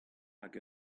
hag